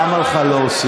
למה לך להוסיף?